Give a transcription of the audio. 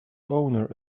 owner